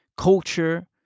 Culture